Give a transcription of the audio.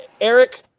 Eric